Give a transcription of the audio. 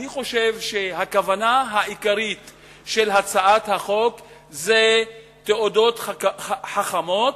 אני חושב שהכוונה העיקרית של הצעת החוק היא תעודות חכמות,